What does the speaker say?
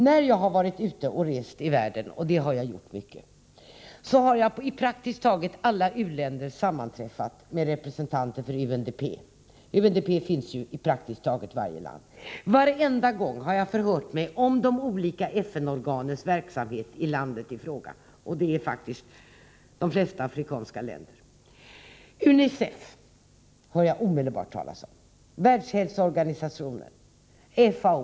När jag har varit ute och rest i världen — och det har jag gjort ofta — har jag i praktiskt taget alla u-länder sammanträffat med representanter för UNDP. UNDP finns ju i praktiskt taget varje land. Varenda gång har jag förhört mig om de olika FN-organens verksamhet i landet i fråga — och detta gäller faktiskt de flesta afrikanska länder. UNICEF har jag då omedelbart fått höra talas om, likaså Världshälsoorganisationen och FAO.